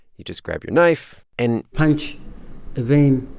you just grab your knife and. punch a vein